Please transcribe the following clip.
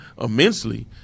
immensely